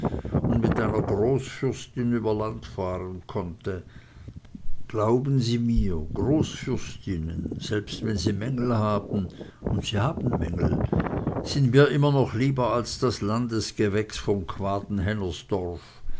und mit einer großfürstin über land fahren konnte glauben sie mir großfürstinnen selbst wenn sie mängel haben und sie haben mängel sind mir immer noch lieber als das landesgewächs von